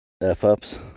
F-ups